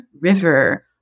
river